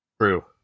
True